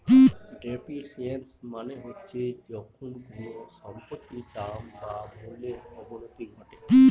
depreciation মানে হচ্ছে যখন কোনো সম্পত্তির দাম বা মূল্যর অবনতি ঘটে